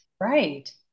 Right